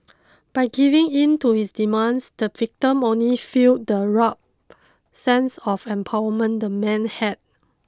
by giving in to his demands the victim only fuelled the warped sense of empowerment the man had